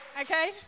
okay